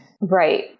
Right